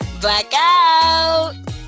Blackout